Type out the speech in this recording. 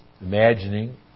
imagining